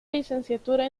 licenciatura